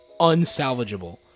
unsalvageable